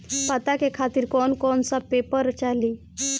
पता के खातिर कौन कौन सा पेपर चली?